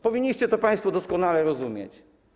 Powinniście to państwo doskonale rozumieć.